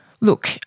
Look